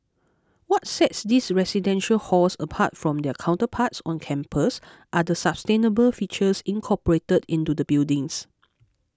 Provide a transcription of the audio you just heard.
what sets these residential halls apart from their counterparts on campus are the sustainable features incorporated into the buildings